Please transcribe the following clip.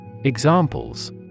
Examples